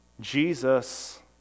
Jesus